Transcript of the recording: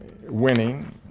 winning